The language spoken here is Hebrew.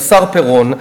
השר פירון,